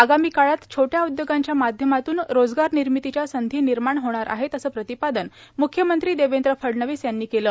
आगामी काळात छोट्या उद्योगांच्या माध्यमातून रोजगार निर्मितीच्या संधी निर्माण होणार आहेत असे प्रतिपादन म्ख्यमंत्री देवेंद्र फडणवीस यांनी केले